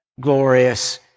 glorious